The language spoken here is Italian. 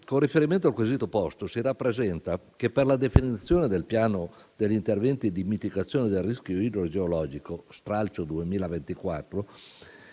Con riferimento al quesito posto, si rappresenta che per la definizione del Piano degli interventi di mitigazione del rischio idrogeologico (stralcio 2024),